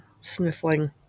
sniffling